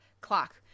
clock